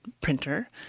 printer